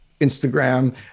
Instagram